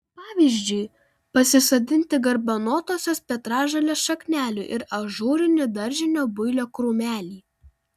pavyzdžiui pasisodinti garbanotosios petražolės šaknelių ir ažūrinį daržinio builio krūmelį